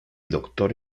doctor